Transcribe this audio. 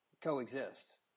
coexist